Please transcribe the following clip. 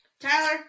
Tyler